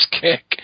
kick